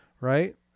right